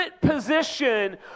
position